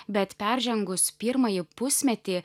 bet peržengus pirmąjį pusmetį